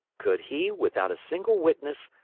could he, without a single witness,